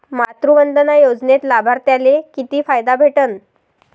मातृवंदना योजनेत लाभार्थ्याले किती फायदा भेटन?